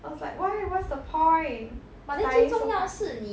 I was like why what's the point study so hard